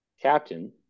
captain